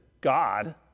God